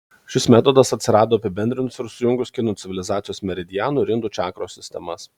šis metodas atsirado apibendrinus ir sujungus kinų civilizacijos meridianų ir indų čakros sistemas